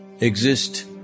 exist